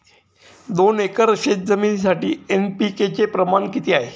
दोन एकर शेतजमिनीसाठी एन.पी.के चे प्रमाण किती आहे?